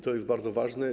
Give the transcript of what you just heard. To jest bardzo ważne.